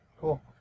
Cool